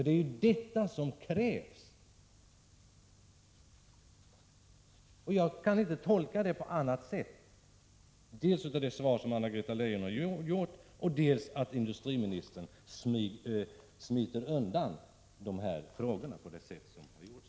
Det är ju sådana som krävs, men jag kan inte på annat sätt tolka dels att Anna-Greta Leijon har svarat som hon gjort, dels att industriministern smiter undan på det här sättet.